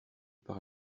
par